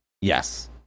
yes